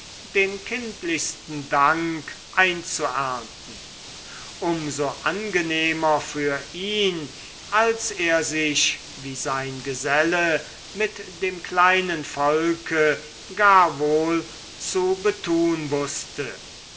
den kindlichsten dank einzuernten um so angenehmer für ihn als er sich wie sein geselle mit dem kleinen volke gar wohl zu betun wußte